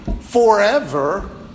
forever